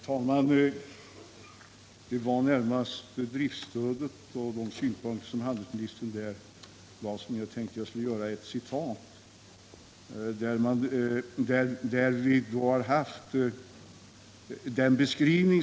Herr talman! Det är närmast driftsstödet och handelsministerns synpunkter på det som gör att jag skulle vilja läsa upp ett citat.